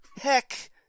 Heck